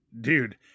Dude